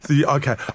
Okay